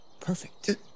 Perfect